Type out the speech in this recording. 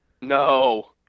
No